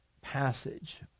passage